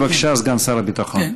בבקשה, סגן שר הביטחון.